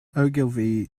ogilvy